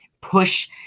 push